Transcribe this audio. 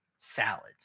salads